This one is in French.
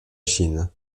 chine